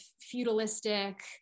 feudalistic